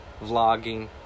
vlogging